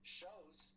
shows